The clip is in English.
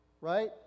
Right